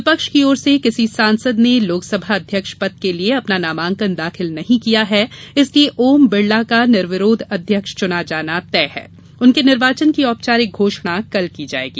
विपक्ष की ओर से किसी सांसद ने लोकसभा अध्यक्ष पद के लिये अपना नामांकन दाखिल नहीं किया है इसलिये ओम बिड़ला का निर्विरोध अध्यक्ष च्ना जाना तय है उनके निर्वाचन की औपचारिक घोषणा कल की जायेगी